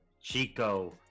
Chico